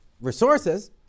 resources